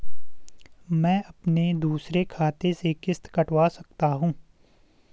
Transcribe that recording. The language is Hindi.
मैं अपने दूसरे खाते से किश्त कटवा सकता हूँ?